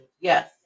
Yes